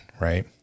Right